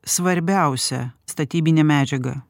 svarbiausia statybinė medžiaga